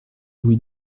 louis